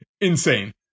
insane